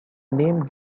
name